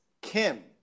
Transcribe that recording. Kim